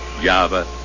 Java